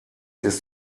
ist